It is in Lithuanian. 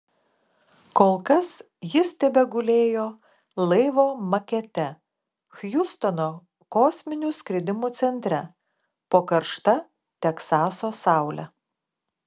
kol kas jis tebegulėjo laivo makete hjustono kosminių skridimų centre po karšta teksaso saule